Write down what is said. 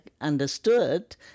understood